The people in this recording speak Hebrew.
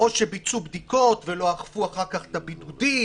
שביצעו בדיקות ולא אכפו אחר כך את הבידודים,